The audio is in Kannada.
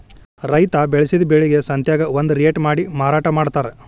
ರೈತಾ ಬೆಳಸಿದ ಬೆಳಿಗೆ ಸಂತ್ಯಾಗ ಒಂದ ರೇಟ ಮಾಡಿ ಮಾರಾಟಾ ಮಡ್ತಾರ